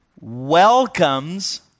Welcomes